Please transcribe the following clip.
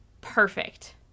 perfect